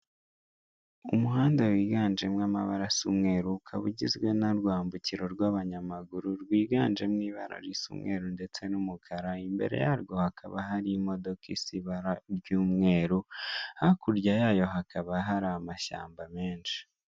Umuhanda wiganjemo amabara asa umweru, ukaba ugizwe n'urwambukiro rw'abanyamaguru rwiganjemo ibara risa umweru ndetse n'umukara, imbere yarwo hakaba hari imodoka isa ibara ry'umweru, hakurya yayo hakaba hari amashyamba menshi.